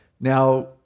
Now